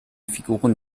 figuren